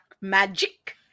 magic